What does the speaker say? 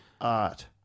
art